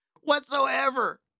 Whatsoever